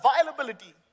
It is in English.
availability